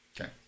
Okay